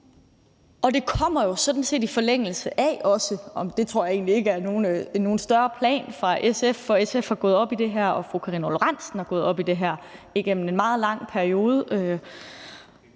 og det kommer jo sådan set også i forlængelse af, og det tror jeg egentlig ikke er nogen større plan fra SF, for SF er gået op i det her og fru Karina Lorentzen Dehnhardt er gået op i det her igennem en meget lang periode,